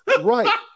right